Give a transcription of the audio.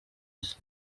isi